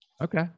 Okay